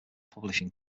publishing